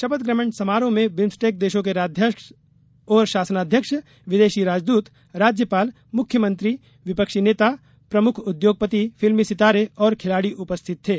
शपथ ग्रहण समारोह में बिम्सुटेक देशों के राष्ट्राध्यक्ष और शासनाध्यक्ष विदेशी राजदूत राज्यपाल मुख्यमंत्री विपक्षी नेता प्रमुख उद्योगपति फिल्मी सितारे और खिलाड़ी उपस्थित थे